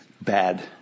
Bad